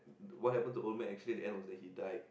what happen to old man actually at the end was that he died